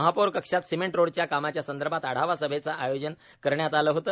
महापौर कक्षात सिमेंट रोडच्या कामाच्या संदर्भात आढावा सभेचे आयोजन करण्यात आले होते